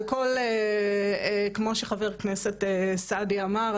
כמו שחבר הכנסת סעדי אמר,